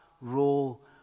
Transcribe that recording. role